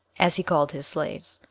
as he called his slaves,